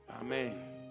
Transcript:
Amen